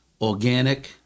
organic